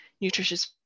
nutritious